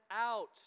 out